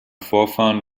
vorfahren